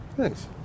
Thanks